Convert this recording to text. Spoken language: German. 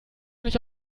nicht